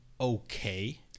okay